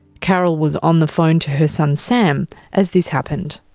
carol was on the phone to her son sam as this happened.